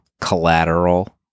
Collateral